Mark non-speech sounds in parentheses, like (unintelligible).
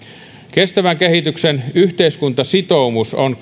kestävän kehityksen yhteiskuntasitoumus on (unintelligible)